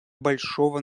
большого